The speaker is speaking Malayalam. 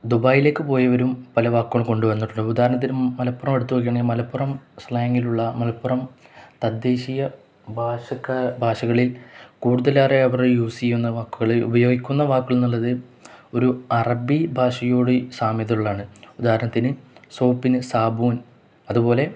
ദുബായിലേക്കു പോയവരും പല വാക്കുകൾ കൊണ്ടുവന്നിട്ടുണ്ട് ഉദാഹണത്തിന് മലപ്പുറം എടുത്തു നോക്കുകയാണെങ്കിൽ മലപ്പുറം സ്ലാങ്ങിലുള്ള മലപ്പുറം തദ്ദേശീയ ഭാഷകളിൽ കൂടുതലായി അവർ യൂസ് ചെയ്യുന്ന വാക്കുകള് ഉപയോഗിക്കുന്ന വാക്കുകള് എന്നുള്ളത് ഒരു അറബി ഭാഷയോടു സാമ്യത ഉള്ളതാണ് ഉദാഹരണത്തിന് സോപ്പിന് സാബൂൻ അതുപോലെ